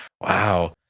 Wow